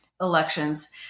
elections